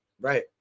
Right